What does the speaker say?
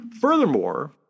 Furthermore